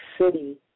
city